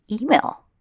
email